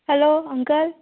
hello uncle